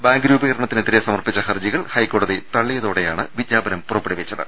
bank രൂപീകരണ ത്തിനെതിരെ സമർപ്പിച്ച ഹർജികൾ ഹൈക്കോടതി തള്ളിയതോടെയാണ് വിജ്ഞാപനം പുറപ്പെടുവിച്ചത്